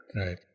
right